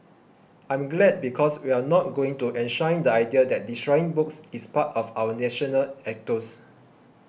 I'm glad because we're not going to enshrine the idea that destroying books is part of our national ethos